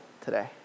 today